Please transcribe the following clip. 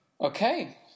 Okay